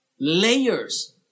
Layers